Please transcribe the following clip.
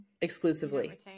exclusively